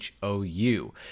HOU